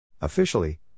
Officially